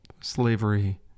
slavery